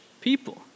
people